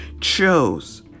chose